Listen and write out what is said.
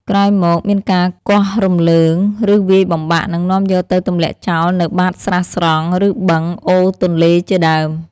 ក្រោយមកមានការគាស់រំលើង ឬវាយបំបាក់ និងនាំយកទៅទម្លាក់ចោលនៅបាតស្រះស្រង់ ឬបឹង អូរទន្លេជាដើម។